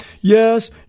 Yes